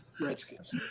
Redskins